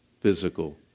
physical